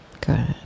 Good